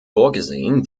vorgesehen